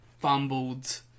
fumbled